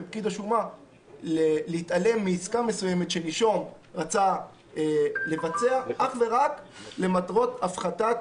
לפקיד השומה להתעלם מעסקה מסוימת שנישום רצה לבצע אך ורק למטרות הפחתת